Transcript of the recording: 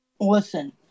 Listen